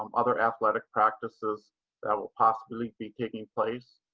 um other athletic practices that will possibly be taking place.